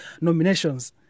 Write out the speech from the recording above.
nominations